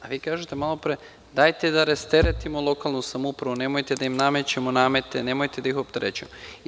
A, vi kažete malopre - dajte da rasteretimo lokalnu samoupravu, nemojte da im namećemo namete, nemojte da ih opterećujemo.